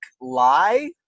lie